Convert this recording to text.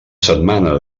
setmana